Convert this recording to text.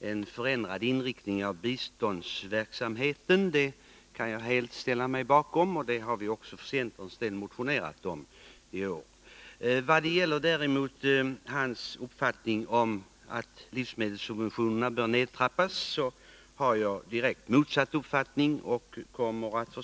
en förändrad inriktning av biståndsverksamheten kan 3 februari 1982 jag helt ställa mig bakom. Vad däremot gäller hans uppfattning att livsmedelssubventionerna bör Allmänpolitisk trappas ned har jag direkt motsatt uppfattning, och jag kommer att